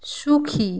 সুখী